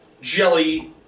jelly